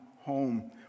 home